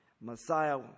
Messiah